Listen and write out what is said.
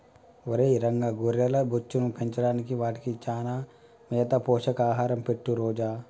ఒరై రంగ గొర్రెల బొచ్చును పెంచడానికి వాటికి చానా మేత పోషక ఆహారం పెట్టు రోజూ